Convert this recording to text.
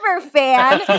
fan